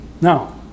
Now